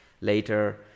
later